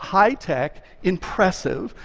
high-tech, impressive,